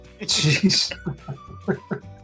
Jeez